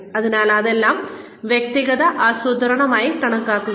അതിനാൽ അതെല്ലാം വ്യക്തിഗത ആസൂത്രണമായി കണക്കാക്കുന്നു